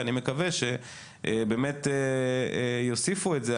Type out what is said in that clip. אני מקווה שבאמת יוסיפו את זה,